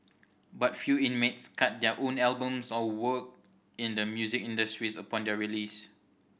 but few inmates cut their own albums or work in the music industries upon their release